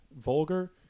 vulgar